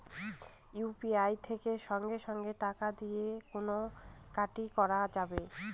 UPI থেকে সঙ্গে সঙ্গে টাকা দিয়ে কেনা কাটি করা যাবে